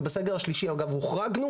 ובסגר השלישי הוחרגנו.